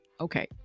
Okay